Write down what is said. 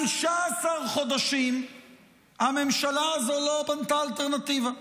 15 חודשים הממשלה הזו לא בנתה אלטרנטיבה.